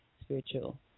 Spiritual